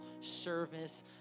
service